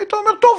היית אומר טוב,